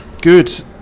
Good